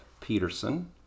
Peterson